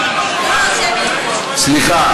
סליחה,